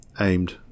aimed